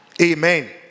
amen